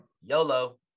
YOLO